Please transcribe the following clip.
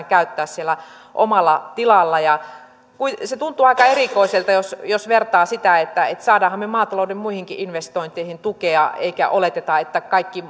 käyttää siellä omalla tilalla se tuntuu aika erikoiselta jos jos vertaa siihen että saammehan me maatalouden muihinkin investointeihin tukea eikä oleteta että kaikki